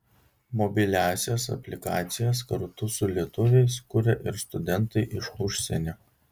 mobiliąsias aplikacijas kartu su lietuviais kuria ir studentai iš užsienio